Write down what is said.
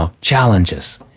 challenges